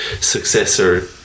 successor